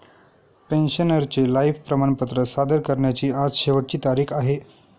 पेन्शनरचे लाइफ प्रमाणपत्र सादर करण्याची आज शेवटची तारीख आहे